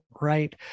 right